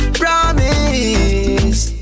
promise